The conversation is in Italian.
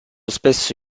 spesso